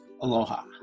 Aloha